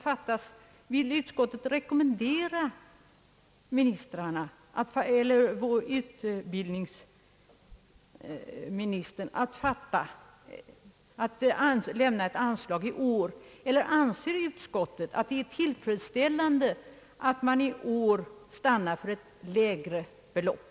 Vill inte utskottet rekommendera utbildningsministern att lämna ett anslag i år? Anser utskottet att det är tillfredsställande att i år stanna för ett lägre belopp?